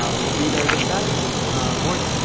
um we'll be there this saturday morning.